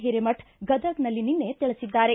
ಹಿರೇಮಠ ಗದಗ್ನಲ್ಲಿ ನಿನ್ನೆ ತಿಳಿಸಿದ್ದಾರೆ